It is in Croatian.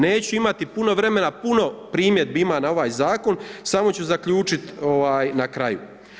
Neću imati puno vremena, puno primjedbi ima na ovaj zakon, samo ću zaključiti na kraju.